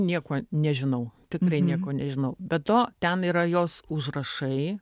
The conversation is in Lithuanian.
nieko nežinau tikrai nieko nežinau be to ten yra jos užrašai